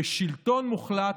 ושלטון מוחלט,